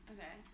Okay